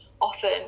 often